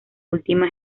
última